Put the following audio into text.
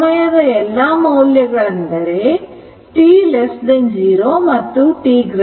ಸಮಯದ ಎಲ್ಲಾ ಮೌಲ್ಯಗಳೆಂದರೆ t0 ಮತ್ತು t0